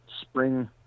spring